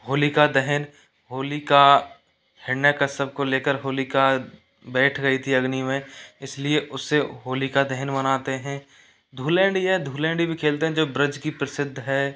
होलिका दहन होलिका हिरण्याकश्यप को ले कर होलिका बैठ गई थी अग्नि में इसलिए उसे होलिका दहन मनाते हैं धुलैंड या धुलैंडी भी खेलते हैं जो ब्रज की प्रसिद्ध है